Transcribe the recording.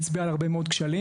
הצביע על הרבה מאוד כשלים.